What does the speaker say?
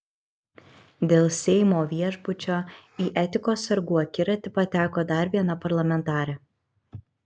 dėl seimo viešbučio į etikos sargų akiratį pateko dar viena parlamentarė